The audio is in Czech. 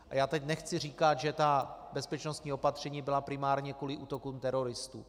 A já teď nechci říkat, že ta bezpečnostní opatření byla primárně kvůli útokům teroristů.